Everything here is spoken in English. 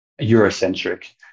Eurocentric